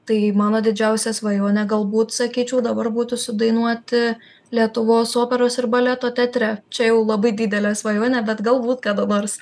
tai mano didžiausia svajonė galbūt sakyčiau dabar būtų sudainuoti lietuvos operos ir baleto teatre čia jau labai didelė svajonė bet galbūt kada nors